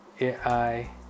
AI